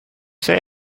say